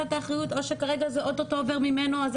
את האחריות או שכרגע זה אוטוטו עובר ממנו.